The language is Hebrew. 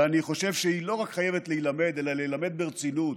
ואני חושב שהיא לא רק חייבת להילמד אלא להילמד ברצינות,